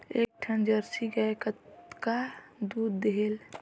एक ठन जरसी गाय कतका दूध देहेल?